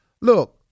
Look